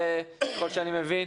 כמו שאני מבין,